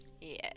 yes